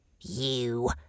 You